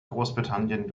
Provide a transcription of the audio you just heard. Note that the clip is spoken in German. großbritannien